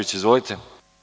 Izvolite.